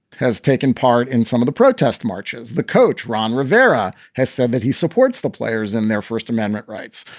has taken part in some of the protest marches. the coach, ron rivera, has said that he supports the players and their first amendment rights.